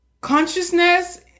consciousness